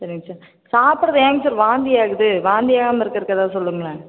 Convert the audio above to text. சரிங்க சார் சாப்பிட்றது ஏங்க சார் வாந்தியாகுது வாந்தியாகாமல் இருக்கிறத்துக்கு ஏதாவது சொல்லுங்களேன்